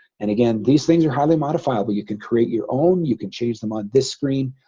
and again these things are highly modifiable you can create your own you can change them on this screen.